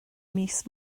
mis